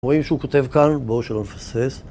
רואים שהוא כותב כאן, בואו שלא נפסס.